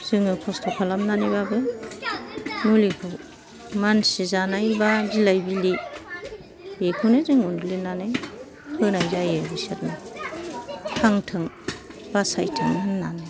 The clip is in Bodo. जोङो खस्थ' खालामनानै बाबो मुलिखौ मानसि जानाय बा बिलाइ बिलि बेखौनो जों उनग्लिनानै होनाय जायो बिसोरनो थांथों बासायथों होन्नानै